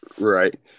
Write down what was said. Right